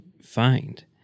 find